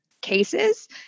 cases